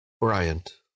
Bryant